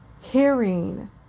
hearing